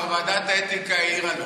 ועדת האתיקה כבר העירה לו.